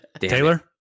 Taylor